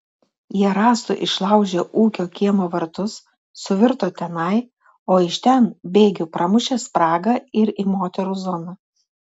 jie rąstu išlaužė ūkio kiemo vartus suvirto tenai o iš ten bėgiu pramušė spragą ir į moterų zoną